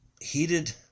heated